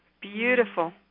Beautiful